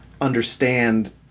understand